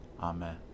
Amen